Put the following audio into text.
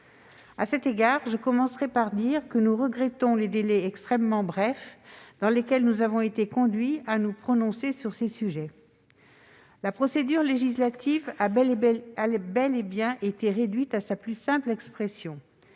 À cet égard, je commencerai par dire que nous regrettons les délais extrêmement brefs dans lesquels nous avons été conduits à nous prononcer sur ces sujets. La procédure législative a bel et bien été réduite à sa plus simple expression